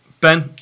Ben